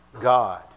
God